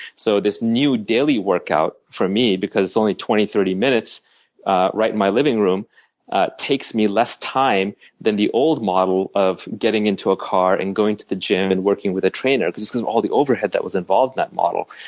so this new daily workout for me, because it's only twenty, thirty minutes right in my living room takes me less time than the old model of getting into a car and going to the gym and working with a trainer just because of all the overhead that was involved in that model.